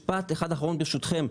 משפט אחד אחרון ברשותכם.